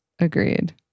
Agreed